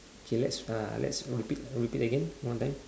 K let's uh let's repeat repeat again one time